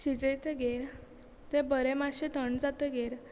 शिजयतगीर ते बरे मात्शे थंड जातगीर